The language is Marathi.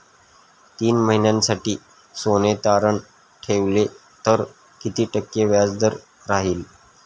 तीन महिन्यासाठी सोने तारण ठेवले तर किती टक्के व्याजदर राहिल?